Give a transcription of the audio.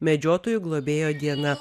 medžiotojų globėjo diena